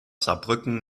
saarbrücken